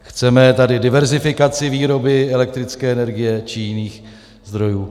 Chceme tady diverzifikaci výroby elektrické energie či jiných zdrojů?